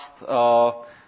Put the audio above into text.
last